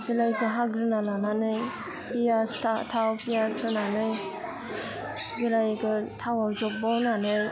बिलाहिखौ हाग्रोना लानानै पियास थाव पियास होनानै बिलाहिखौ थावाव जब्ब' होनानै